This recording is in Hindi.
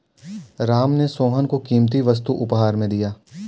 राम ने सोहन को कीमती वस्तु उपहार में दिया